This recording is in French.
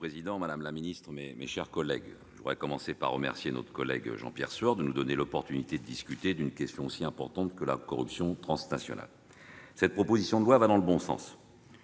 Monsieur le président, madame la secrétaire d'État, mes chers collègues, je veux commencer par remercier Jean-Pierre Sueur de nous donner l'opportunité de discuter d'une question aussi importante que la corruption transnationale. Cette proposition de loi va dans le bon sens.